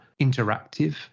interactive